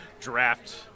draft